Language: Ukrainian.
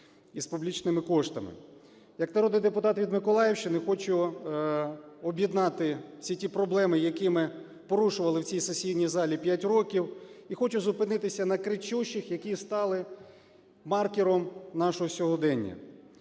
із публічними коштами. Як народний депутат від Миколаївщини, хочу об'єднати всі ті проблеми, які ми порушували в цій сесійній залі 5 років, і хочу зупинитися на кричущих, які стали маркером нашого сьогодення.